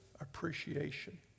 appreciation